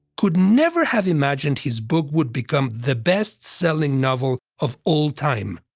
could never have imagined his book would become the best-selling novel of all time.